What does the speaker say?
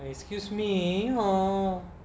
excuse me hor